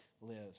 lives